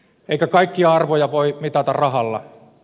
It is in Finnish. eikä kaikkia arvoja voi mitata rahalla